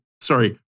sorry